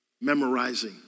memorizing